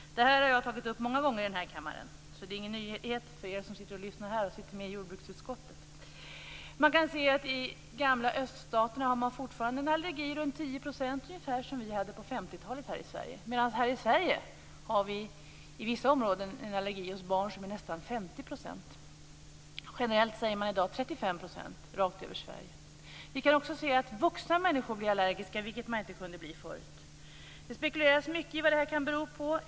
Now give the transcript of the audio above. Den frågan har jag tagit upp många gånger i den här kammaren, så det är ingen nyhet för er som sitter här i kammaren och lyssnar och är med i jordbruksutskottet. Man kan se att i de gamla öststaterna har man fortfarande en allergiförekomst på runt 10 %, ungefär som vi hade på 50-talet här i Sverige, medan vi här i Sverige i vissa områden har en allergiförekomst hos barn på nästan 50 %. Generellt säger man i dag att förekomsten är 35 % rakt över Sverige. Vi kan också se att vuxna människor blir allergiska, vilket de inte blev förut. Det spekuleras mycket i vad detta kan bero på.